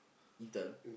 Intel